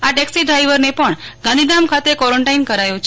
આ ટેક્સી ડ્રાઈવરને પણ ગાંધીધામ ખાતે કર્વોરન્ટાઈન કરાયો છે